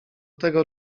tego